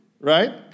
right